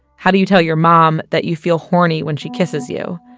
how do you tell your mom that you feel horny when she kisses you?